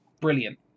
brilliant